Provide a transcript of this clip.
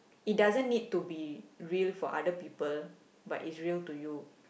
it doesn't need to be real for other people but it's real to you